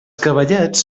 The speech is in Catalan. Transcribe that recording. cavallets